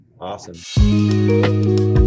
Awesome